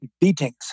beatings